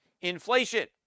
Inflation